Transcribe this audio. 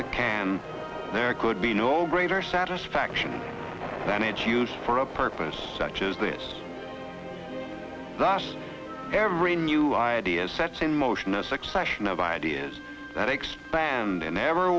the can there could be no greater satisfaction than its use for a purpose such as this thus every new ideas sets in motion a succession of ideas that expand an ever